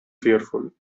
fearful